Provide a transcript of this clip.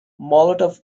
molotov